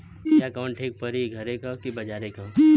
बिया कवन ठीक परी घरे क की बजारे क?